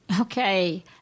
Okay